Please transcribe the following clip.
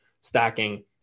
stacking